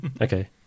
Okay